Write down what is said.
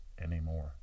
anymore